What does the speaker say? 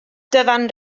dyfan